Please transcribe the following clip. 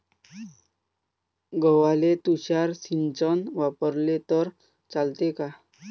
गव्हाले तुषार सिंचन वापरले तर चालते का?